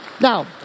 Now